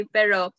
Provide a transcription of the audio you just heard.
Pero